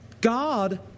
God